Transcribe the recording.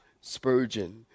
Spurgeon